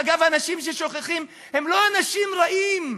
ואגב, האנשים ששוכחים הם לא אנשים רעים.